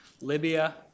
Libya